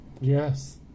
Yes